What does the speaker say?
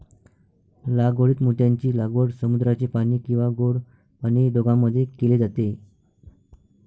लागवडीत मोत्यांची लागवड समुद्राचे पाणी किंवा गोड पाणी दोघांमध्ये केली जाते